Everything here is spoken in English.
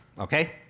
okay